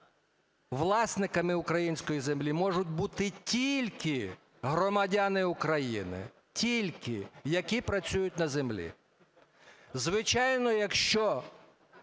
власниками української землі можуть бути тільки громадяни України, тільки які працюють на землі. Звичайно, якщо